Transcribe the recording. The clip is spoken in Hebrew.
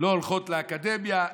לא הולכות לאקדמיה,